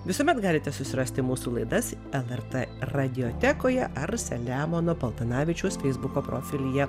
visuomet galite susirasti mūsų laidas lrt radiotekoje ar selemono paltanavičiaus feisbuko profilyje